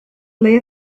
ble